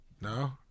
No